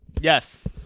Yes